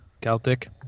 Celtic